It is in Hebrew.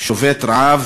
שובת רעב.